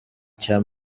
cya